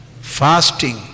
fasting